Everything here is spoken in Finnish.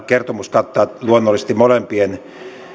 kertomus kattaa luonnollisesti molempien